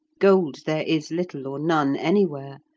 gold there is little or none anywhere,